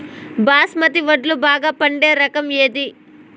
బాస్మతి వడ్లు బాగా పండే రకం ఏది